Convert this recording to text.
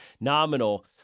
nominal